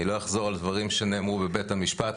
אני לא אחזור על דברים שנאמרו בבית המשפט.